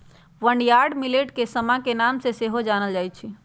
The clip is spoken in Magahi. बर्नयार्ड मिलेट के समा के नाम से सेहो जानल जाइ छै